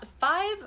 five